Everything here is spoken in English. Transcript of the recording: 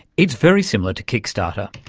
it's very similar to kickstarter.